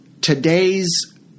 today's